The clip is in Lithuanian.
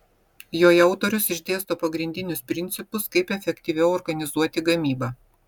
joje autorius išdėsto pagrindinius principus kaip efektyviau organizuoti gamybą